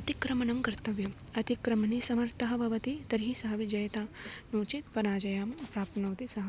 अतिक्रमणं कर्तव्यम् अतिक्रमणे समर्थः भवति तर्हि सः विजयेता नो चेत् पराजयं प्राप्नोति सः